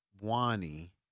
Wani